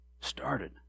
started